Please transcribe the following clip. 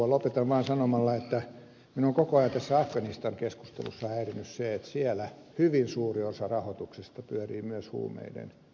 lopetan vaan sanomalla että minua on koko ajan tässä afganistan keskustelussa häirinnyt se että siellä hyvin suuri osa rahoituksesta pyörii myös huumeiden kautta